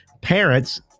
parents